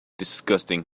disgusting